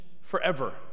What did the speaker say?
forever